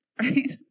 right